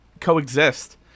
coexist